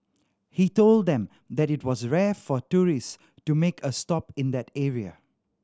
he told them that it was rare for tourists to make a stop in that area